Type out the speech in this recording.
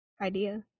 idea